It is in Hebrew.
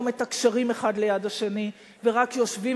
לא מתקשרים האחד ליד השני ורק יושבים